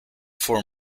for